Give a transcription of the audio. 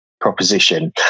proposition